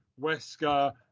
Wesker